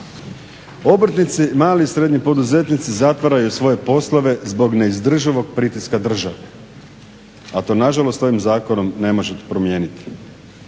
Obrtnici, mali i srednji poduzetnici zatvaraju svoje poslove zbog neizdrživog pritiska države, a to na žalost ovim zakonom ne možete promijeniti.